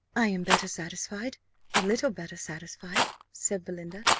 i am better satisfied a little better satisfied, said belinda.